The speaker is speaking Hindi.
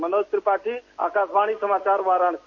मनोज त्रिपाठी आकाशवाणी समाचार वाराणसी